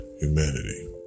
humanity